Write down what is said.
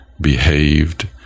Behaved